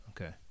Okay